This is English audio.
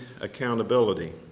accountability